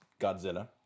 Godzilla